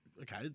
okay